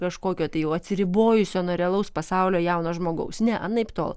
kažkokio tai jau atsiribojusio nuo realaus pasaulio jauno žmogaus ne anaiptol